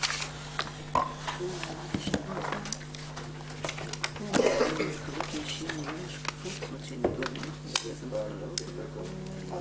בשעה 13:35.